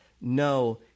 No